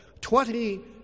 Twenty